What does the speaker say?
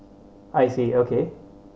I see okay